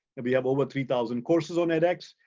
and we have over three thousand courses on edx,